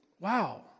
wow